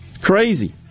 Crazy